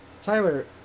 Tyler